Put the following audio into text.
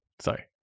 Sorry